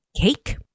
cake